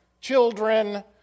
children